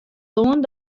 lân